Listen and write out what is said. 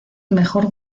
mejor